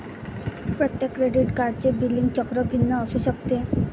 प्रत्येक क्रेडिट कार्डचे बिलिंग चक्र भिन्न असू शकते